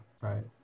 right